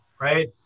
right